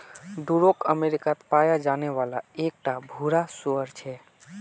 Duroc अमेरिकात पाया जाने वाला एक टा भूरा सूअर छे